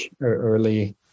early